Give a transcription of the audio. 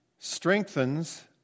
strengthens